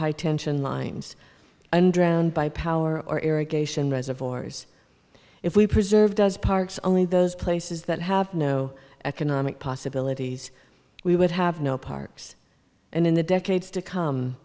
high tension lines and drowned by power or irrigation reservoirs if we preserve does parks only those places that have no economic possibilities we would have no parks and in the decades to come